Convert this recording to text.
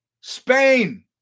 Spain